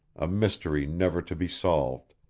a mystery never to be solved,